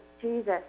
Jesus